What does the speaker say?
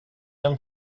him